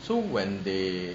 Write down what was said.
so when they